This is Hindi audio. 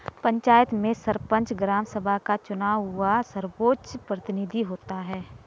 पंचायत में सरपंच, ग्राम सभा का चुना हुआ सर्वोच्च प्रतिनिधि होता है